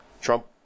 Trump